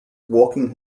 walking